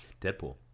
Deadpool